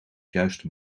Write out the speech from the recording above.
juiste